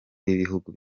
b’ibihugu